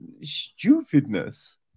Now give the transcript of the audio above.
stupidness